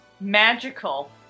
Magical